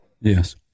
Yes